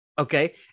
Okay